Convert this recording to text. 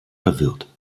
verwirrt